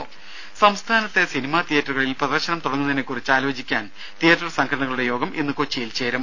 ദേദ സംസ്ഥാനത്തെ സിനിമാതിയറ്ററുകളിൽ പ്രദർശനം തുടങ്ങുന്നതിനെക്കുറിച്ച് ആലോചിക്കാൻ തിയറ്റർ സംഘടനകളുടെ യോഗം ഇന്ന് കൊച്ചിയിൽ ചേരും